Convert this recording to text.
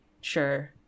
Sure